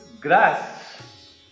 grass